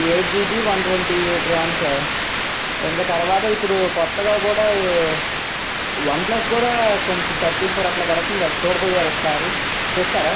ఆ eight GB one twenty eight RAM sir ఇంకా తరువాత ఇప్పుడు కొత్తగా కూడా వన్ప్లస్ కూడా కొంచెం థర్టీ ఫోర్ అలా పడుతుంది చూడకపోయారా అది ఒకసారి చూస్తారా